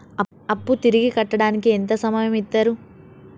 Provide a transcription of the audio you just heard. అప్పు తిరిగి కట్టడానికి ఎంత సమయం ఇత్తరు?